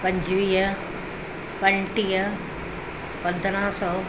पंजवीह पंटीह पंद्रह सौ